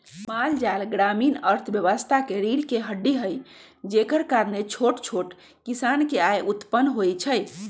माल जाल ग्रामीण अर्थव्यवस्था के रीरह के हड्डी हई जेकरा कारणे छोट छोट किसान के आय उत्पन होइ छइ